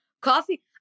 coffee